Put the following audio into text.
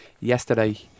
yesterday